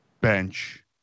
bench